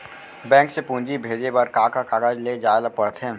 Bank से पूंजी भेजे बर का का कागज ले जाये ल पड़थे?